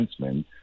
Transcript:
defenseman